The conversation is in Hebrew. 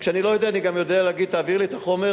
כשאני לא יודע אני גם יודע להגיד: תעביר לי את החומר,